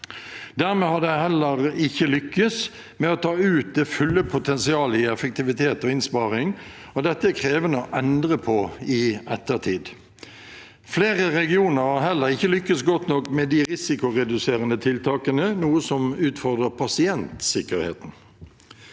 Dermed har de heller ikke lyktes med å ta ut det fulle potensialet i effektivitet og innsparing, og dette er det krevende å endre på i ettertid. Flere regioner har heller ikke lyktes godt nok med de risikoreduserende tiltakene, noe som utfordrer pasientsikkerheten.